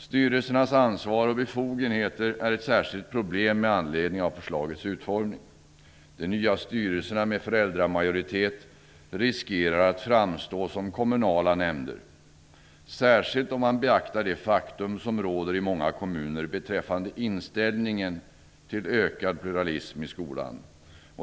Styrelsernas ansvar och befogenheter är med tanke på förslagets utformning ett särskilt problem. De nya styrelserna med föräldramajoritet riskerar att framstå som kommunala nämnder, särskilt med beaktande av den inställning som råder i många kommuner till ökad pluralism i skolan.